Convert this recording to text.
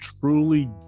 truly